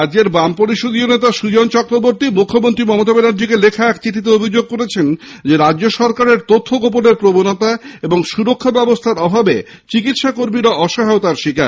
রাজ্যের বাম পরিষদীয় নেতা সুজন চক্রবর্তী মুখ্যমন্ত্রীকে লেখা এক চিঠিতে অভিযোগ করেছেন রাজ্য সরকারের তথ্য গোপনের প্রবণতা এবং সুরক্ষা ব্যবস্থার অভাবে চিকিৎসা কর্মীরা অসহয়তার শিকার